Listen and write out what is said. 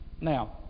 Now